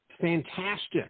fantastic